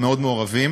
שמאוד מעורבים